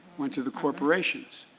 went to the corporations.